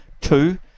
two